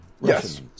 Yes